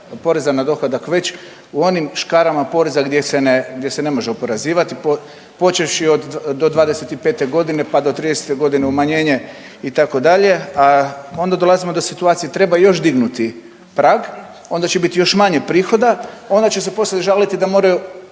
na dohodak već u onim škarama poreza gdje se ne može oporezivati počevši do 2025. godine pa do tridesete godine umanjenje itd. A onda dolazimo do situacije treba još dignuti prag, onda će biti još manje prihoda, onda će se poslije žaliti da moraju